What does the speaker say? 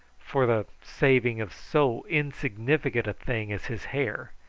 for the saving of so insignificant a thing as his hair,